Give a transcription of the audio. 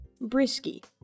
Brisky